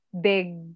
big